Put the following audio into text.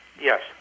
Yes